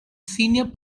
senior